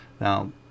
Now